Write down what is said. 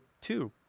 two